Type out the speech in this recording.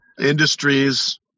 industries